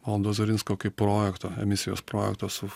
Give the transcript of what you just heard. valdo ozarinsko kaip projekto emisijos projekto su